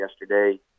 yesterday